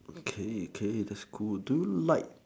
okay okay just cool do you like